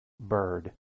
bird